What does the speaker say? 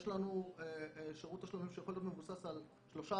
יש לנו שירות תשלומים שיכול להיות מבוסס על שלושה,